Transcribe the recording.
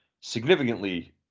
significantly